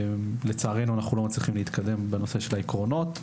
לצערנו אנחנו לא מצליחים להתקדם לגבי העקרונות,